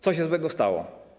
Co się złego stało?